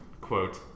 quote